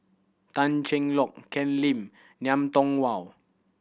Tan Cheng Lock Ken Lim Ngiam Tong Wow